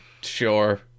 Sure